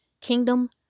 kingdom